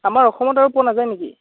আমাৰ অসমত আৰু পোৱা নাযায় নেকি